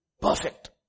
perfect